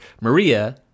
Maria